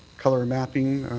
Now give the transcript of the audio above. colour mapping,